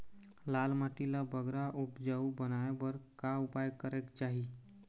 लाल माटी ला बगरा उपजाऊ बनाए बर का उपाय करेक चाही?